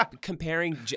comparing